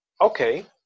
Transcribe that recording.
okay